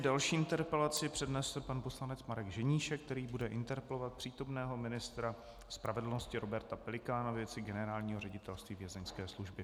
Další interpelaci přednese pan poslanec Marek Ženíšek, který bude interpelovat přítomného ministra spravedlnosti Roberta Pelikána ve věci Generálního ředitelství Vězeňské služby.